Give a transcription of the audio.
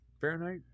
Fahrenheit